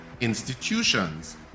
institutions